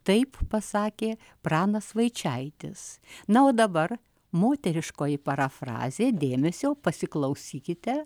taip pasakė pranas vaičaitis na o dabar moteriškoji parafrazė dėmesio pasiklausykite